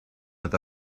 oedd